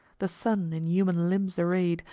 the sun, in human limbs arrayed,